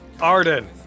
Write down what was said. Arden